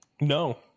No